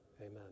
Amen